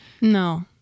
No